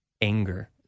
anger